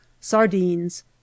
sardines